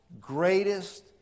greatest